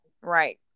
right